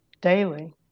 Daily